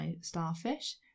starfish